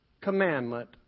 commandment